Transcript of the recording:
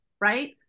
right